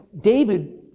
David